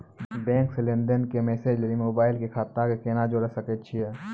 Bank से लेंन देंन के मैसेज लेली मोबाइल के खाता के केना जोड़े सकय छियै?